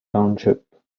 township